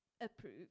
approve